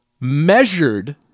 measured